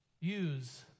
Use